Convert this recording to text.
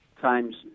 times